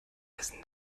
wessen